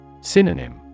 Synonym